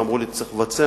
ואמרו לי: צריך לבצע.